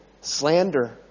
slander